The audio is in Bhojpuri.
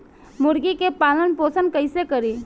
मुर्गी के पालन पोषण कैसे करी?